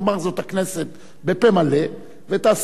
תאמר זאת הכנסת בפה מלא ותעשה,